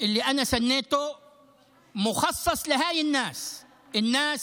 אני חוקקתי במיוחד למען האנשים האלה,